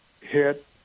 hit